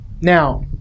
Now